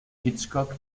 hitchcock